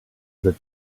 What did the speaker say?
that